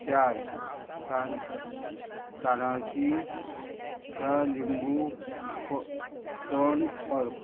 चार तां ताणाची च्या लिंबू पण अर्क